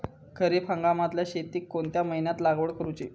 खरीप हंगामातल्या शेतीक कोणत्या महिन्यात लागवड करूची?